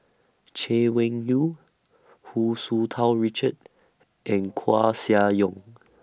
Chay Weng Yew Hu Tsu Tau Richard and Koeh Sia Yong